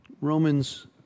Romans